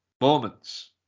moments